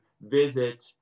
visit